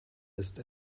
ist